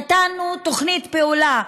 נתנו תוכנית פעולה,